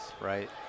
right